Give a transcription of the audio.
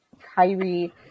Kyrie